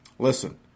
Listen